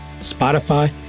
Spotify